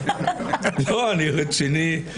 לא, אני רציני.